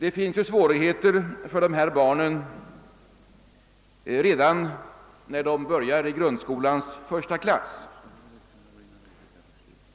Invandrarbarnen har ju svårigheter redan när de börjar i grundskolans första klass.